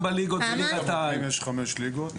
בליגת הבוגרים יש חמש ליגות.